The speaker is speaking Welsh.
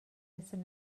iddyn